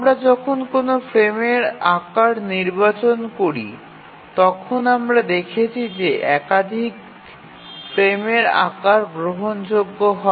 আমরা যখন কোনও ফ্রেমের আকার নির্বাচন করি তখন আমরা দেখছি যে একাধিক ফ্রেমের আকার গ্রহণযোগ্য হয়